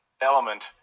element